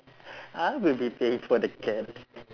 I will be paying for the cat